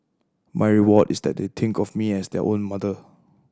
my reward is that they think of me as their own mother